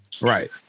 Right